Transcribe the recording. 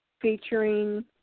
featuring